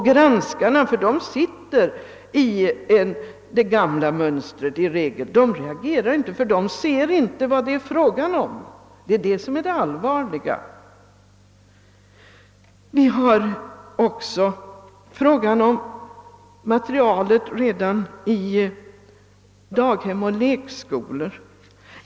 Granskarna av läroböckerna reagerar inte, ty de är kvar i det gamla mönstret och ser inte vad det är fråga om — det är detta som är det allvarliga. Vi har också frågan om materialet redan i daghem och lekskolor.